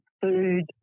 food